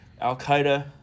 Al-Qaeda